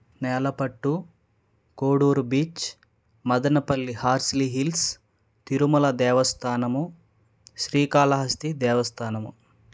Nelapattu Koduru beach Madanapalle Horsley Hills Tirumala దేవస్థానము శ్రీకాళహస్తి దేవస్థానము